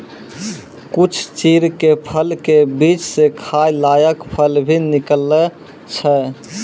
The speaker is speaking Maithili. कुछ चीड़ के फल के बीच स खाय लायक फल भी निकलै छै